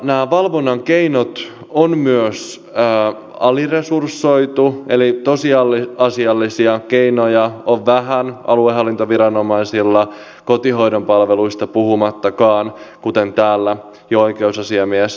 nämä valvonnan keinot on myös aliresursoitu eli tosiasiallisia keinoja on vähän aluehallintoviranomaisilla kotihoidonpalveluista puhumattakaan kuten täällä jo oikeusasiamies toikin esille